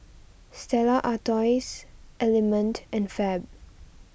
Stella Artois Element and Fab